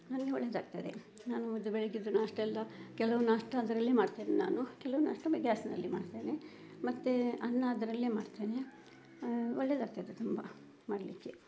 ನನಗೆ ಒಳ್ಳೆಯದಾಗ್ತದೆ ನಾನು ಇದು ಬೆಳಗ್ಗೆದ್ದು ನಾಷ್ಟ ಎಲ್ಲ ಕೆಲವು ನಾಷ್ಟ ಅದರಲ್ಲೇ ಮಾಡ್ತೇನೆ ನಾನು ಕೆಲವು ನಾಷ್ಟ ಬೇ ಗ್ಯಾಸ್ನಲ್ಲಿ ಮಾಡ್ತೇನೆ ಮತ್ತೆ ಅನ್ನ ಅದರಲ್ಲೇ ಮಾಡ್ತೇನೆ ಒಳ್ಳೆಯದಾಗ್ತದೆ ತುಂಬ ಮಾಡಲಿಕ್ಕೆ